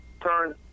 turn